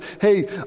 hey